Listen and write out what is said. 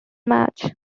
match